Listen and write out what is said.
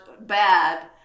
bad